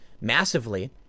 massively